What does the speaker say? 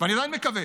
ואני עדיין מקווה